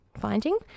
Finding